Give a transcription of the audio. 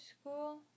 school